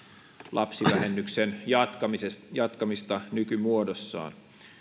lapsivähennyksen jatkamista jatkamista nykymuodossaan